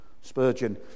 Spurgeon